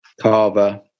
Carver